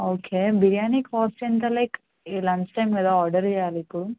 okay biryani cost ఎంత like lunch time కదా order చేయాలి ఇప్పుడు